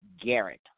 Garrett